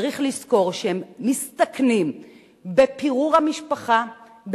צריך לזכור שהם מסתכנים בפירור המשפחה,